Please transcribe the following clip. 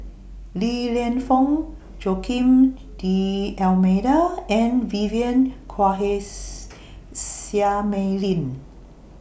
Li Lienfung Joaquim D'almeida and Vivien Quahe's Seah Mei Lin